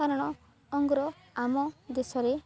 କାରଣ ଅଙ୍ଗୁର ଆମ ଦେଶରେ